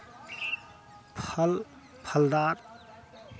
फल फलदार